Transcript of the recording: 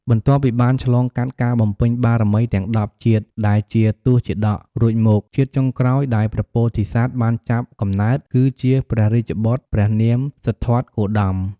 បន្ទាប់ពីបានឆ្លងកាត់ការបំពេញបារមីទាំង ១០ ជាតិ ដែលជា ទសជាតក រួចមក ជាតិចុងក្រោយដែលព្រះពោធិសត្វបានចាប់កំណើត គឺ ជាព្រះរាជបុត្រព្រះនាមសិទ្ធត្ថគោតម។